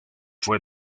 fue